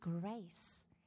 grace